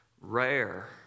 rare